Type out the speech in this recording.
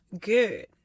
good